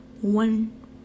one